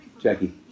Jackie